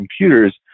computers